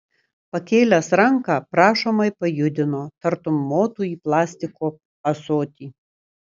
pakėlęs ranką prašomai pajudino tartum motų į plastiko ąsotį